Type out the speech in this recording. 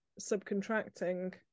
subcontracting